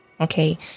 Okay